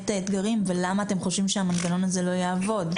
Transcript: האתגרים ולמה אתם חושבים שהמנגנון הזה לא יעבוד.